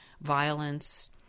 violence